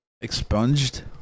Expunged